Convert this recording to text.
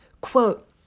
quote